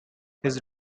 his